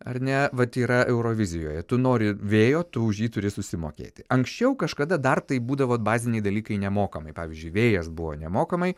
ar ne vat yra eurovizijoje tu nori vėjo tu už jį turi susimokėti anksčiau kažkada dar taip būdavo baziniai dalykai nemokamai pavyzdžiui vėjas buvo nemokamai